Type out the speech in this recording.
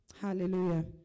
Hallelujah